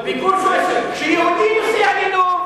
כשיהודי נוסע ללוב,